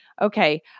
Okay